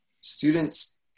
students